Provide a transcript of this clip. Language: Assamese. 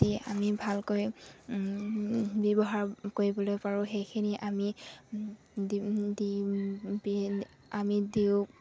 দি আমি ভালকৈ ব্যৱহাৰ কৰিবলৈ পাৰোঁ সেইখিনি আমি দি দি আমি দিওঁ